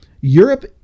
Europe